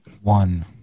One